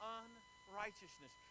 unrighteousness